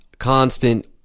constant